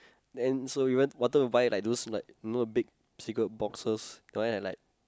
then say we wanted we wanted to buy like one of those big cigarette boxes the one like